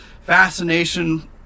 fascination